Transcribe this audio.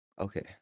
Okay